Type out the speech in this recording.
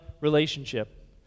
relationship